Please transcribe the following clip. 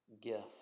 gift